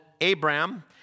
Abraham